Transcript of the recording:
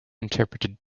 interpreted